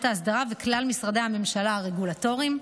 האסדרה וכלל משרדי הממשלה הרגולטוריים.